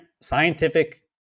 scientific